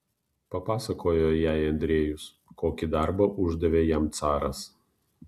papasakojo jai andrejus kokį darbą uždavė jam caras